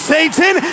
Satan